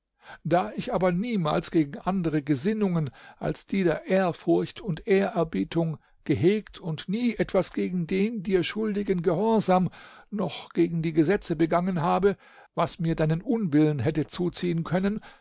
da ich aber niemals gegen andere gesinnungen als die der ehrfurcht und ehrerbietung gehegt und nie etwas gegen den dir schuldigen gehorsam noch gegen die gesetze begangen habe was mir deinen unwillen hätte zuziehen können